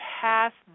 past